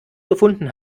gefunden